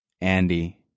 Andy